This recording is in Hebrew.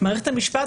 מערכת המשפט,